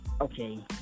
Okay